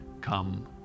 come